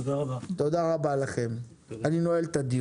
תודה רבה לכם, אני נועל את הדיון.